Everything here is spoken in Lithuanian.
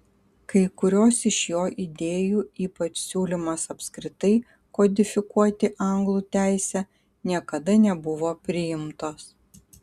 kai kurios iš jo idėjų ypač siūlymas apskritai kodifikuoti anglų teisę niekada nebuvo priimtos